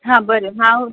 हां बरें हांव